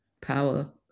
power